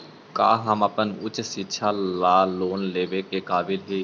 का हम अपन उच्च शिक्षा ला लोन लेवे के काबिल ही?